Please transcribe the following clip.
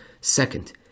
Second